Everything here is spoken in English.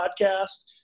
podcast